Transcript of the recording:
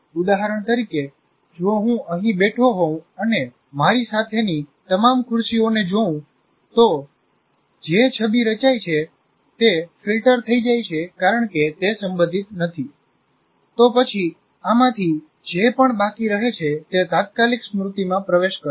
ઉદાહરણ તરીકે જો હું અહીં બેઠો હોઉં અને મારી સામેની તમામ ખુરશીઓને જોઉં તો જે છબી રચાય છે તે ફિલ્ટર થઈ જાય છે કારણ કે તે સંબંધિત નથી તો પછી આમાંથી જે પણ બાકી રહે છે તે તાત્કાલિક સ્મૃતિમાં પ્રવેશ કરશે